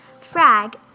Frag